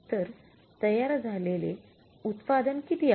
तर तयार झालेले उत्पादन किती आहे